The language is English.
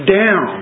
down